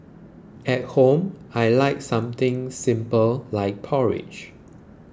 at home I like something simple like porridge